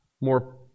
more